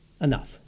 Enough